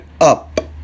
Up